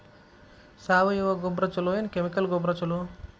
ಸಾವಯವ ಗೊಬ್ಬರ ಛಲೋ ಏನ್ ಕೆಮಿಕಲ್ ಗೊಬ್ಬರ ಛಲೋ?